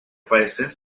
parecer